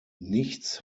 nichts